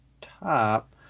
top